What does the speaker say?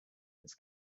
this